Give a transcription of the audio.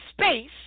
space